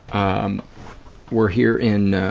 um we're here in, ah,